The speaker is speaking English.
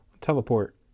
teleport